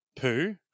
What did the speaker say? poo